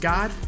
God